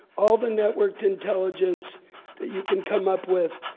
all the networked intelligence that you can come up with,